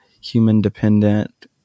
human-dependent